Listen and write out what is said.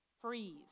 freeze